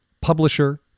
Publisher